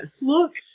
look